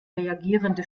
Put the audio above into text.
reagierende